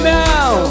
now